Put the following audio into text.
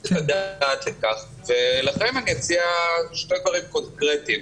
את הדעת על כך ולכן אני מציע שני דברים קונקרטיים.